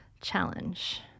challenge